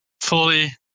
fully